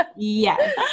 Yes